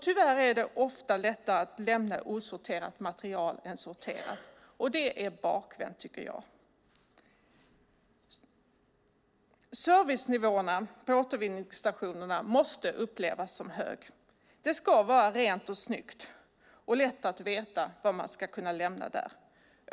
Tyvärr är det ofta lättare att lämna osorterat material än sorterat. Det är bakvänt, tycker jag! Servicenivån på återvinningsstationerna måste upplevas som hög. Det ska vara rent och snyggt, och det ska vara lätt att veta vad man kan lämna där.